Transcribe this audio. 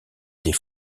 des